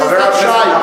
חבר הכנסת נחמן שי,